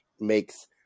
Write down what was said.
makes